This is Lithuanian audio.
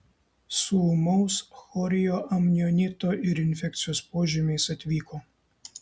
su ūmaus chorioamnionito ir infekcijos požymiais atvyko